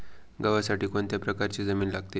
गव्हासाठी कोणत्या प्रकारची जमीन लागते?